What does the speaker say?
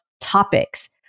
topics